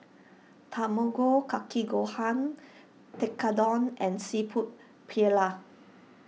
Tamago Kake Gohan Tekkadon and Seafood Paella